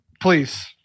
Please